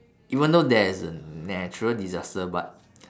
even though there is a natural disaster but